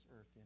earth